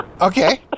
Okay